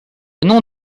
nom